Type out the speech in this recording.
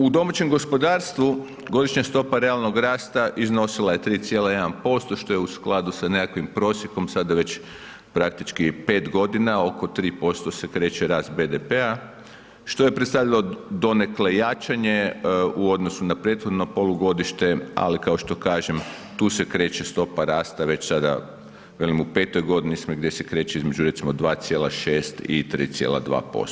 U domaćem gospodarstvu godišnja stopa realnog rasta iznosila je 3,1% što je u skladu sa nekakvim prosjekom sada već praktički 5 godina oko 3% se kreće rast BDP-a što je predstavljalo donekle jačanje u odnosu na prethodno polugodište, ali kao što kažem tu se kreće stopa rasta već sada velim u 5 godini smo gdje se kreće između recimo 2,6 i 3,2%